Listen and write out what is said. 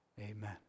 Amen